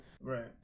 Right